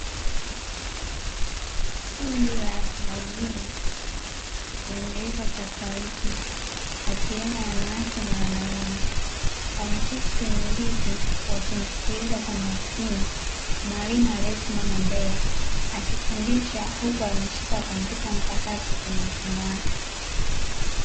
Kundi la watu wazima wenye rika tofauti wakiwemo wanawake kwa wanaume wameketi kwenye viti, wakimsikiliza kwa makini mwalimu aliyesimama mbele akifundisha huku ameshika kompyuta mpakato kwenye mkono wake.